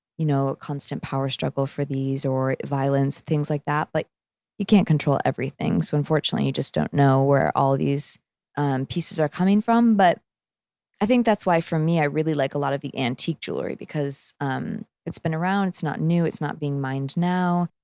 you know, constant power struggle for these, or violence, things like that. but like you can't control everything, so unfortunately you just don't know where all these and pieces are coming from. but i think that's why, for me, i really like a lot of the antique jewelry because um it's been around, it's not new, it's not being mined now.